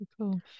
Cool